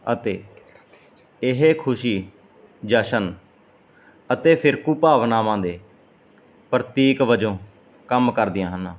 ਅਤੇ ਇਹ ਖੁਸ਼ੀ ਜਸ਼ਨ ਅਤੇ ਫਿਰਕੂ ਭਾਵਨਾਵਾਂ ਦੇ ਪ੍ਰਤੀਕ ਵਜੋਂ ਕੰਮ ਕਰਦੀਆਂ ਹਨ